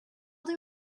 they